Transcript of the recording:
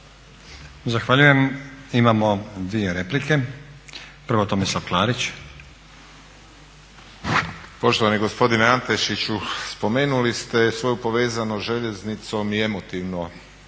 Zahvaljujem. Imamo dvije replike. Prvo Tomislav Klarić. **Klarić, Tomislav (HDZ)** Poštovani gospodine Antešiću, spomenuli ste svoju povezanost željeznicom i emotivno